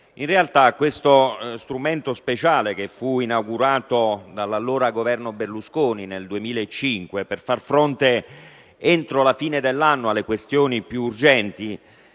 in realtà questo strumento speciale, che fu inaugurato nel 2005 dall'allora Governo Berlusconi per far fronte entro la fine dell'anno alle questioni più urgenti,